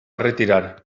retirar